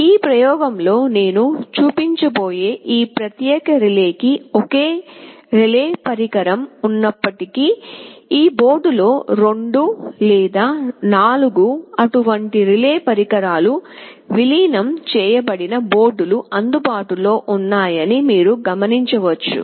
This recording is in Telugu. ఈ ప్రయోగంలో నేను చూపించబోయే ఈ ప్రత్యేక రిలే కి ఒకే రిలే పరికరం ఉన్నప్పటికీ ఒకే బోర్డులో 2 లేదా 4 అటువంటి రిలే పరికరాలు విలీనం చేయబడిన బోర్డులు అందుబాటులో ఉన్నాయని మీరు గమనించవచ్చు